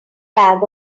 bag